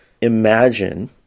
imagine